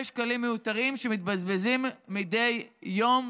אני בטוחה שכיושב-ראש משותף של השדולה, יחד איתי,